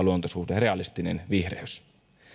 luontosuhde ja realistinen vihreys